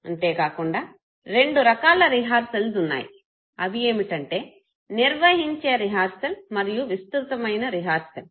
అంతేకాకుండా రెండు రకాల రిహార్సల్స్ వున్నాయి అవి ఏమిటంటే నిర్వహించే రెహెర్స్ల మరియు విస్తృతమైన రెహెర్స్ల